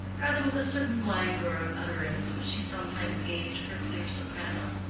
rather with a certain languor of utterance which she sometimes gave to her clear soprano.